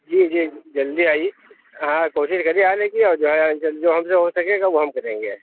جی جی جلدی آئیے ہاں کوشش کریے آنے کی اور جو ہے جو ہم سے ہو سکے گا وہ ہم کریں گے